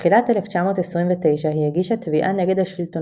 בתחילת 1929 היא הגישה תביעה נגד השלטונות השלטונות בדרישה לאפשר